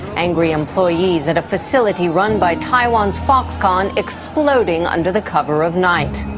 angry employees at a facility run by taiwan's foxconn exploding under the cover of night.